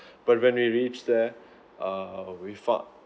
but when we reached there err we thought